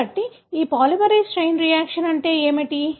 కాబట్టి ఈ polymerase chain reaction అంటే ఏమిటి